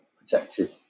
protective